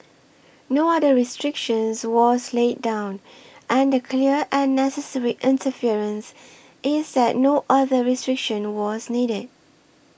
no other restriction was laid down and the clear and necessary inference is that no other restriction was needed